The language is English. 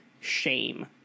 shame